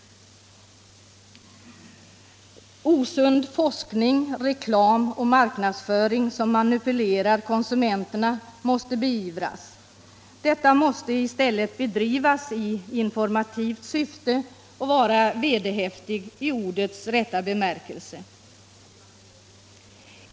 Osund forskning, reklam och marknadsföring som manipulerar konsumenterna måste beivras. Verksamheten måste i stället bedrivas i informativt syfte och vara vederhäftig i ordets rätta bemärkelse.